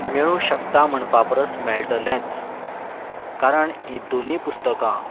मेळूंक शकता म्हणपा परस मेळटलेंच कारण हीं दोनी पुस्तकां